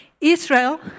Israel